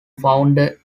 founder